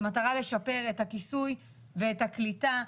במטרה לשפר את הכיסוי ואת הקליטה,